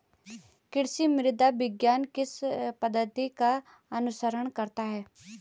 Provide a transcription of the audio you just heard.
कृषि मृदा विज्ञान किस पद्धति का अनुसरण करता है?